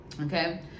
Okay